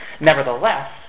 Nevertheless